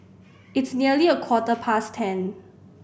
its nearly a quarter past ten